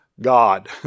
God